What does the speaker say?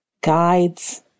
Guides